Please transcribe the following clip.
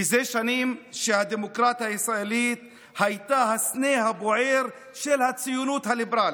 מזה שנים שהדמוקרטיה הישראלית הייתה הסנה הבוער של הציונות הליברלית.